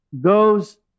goes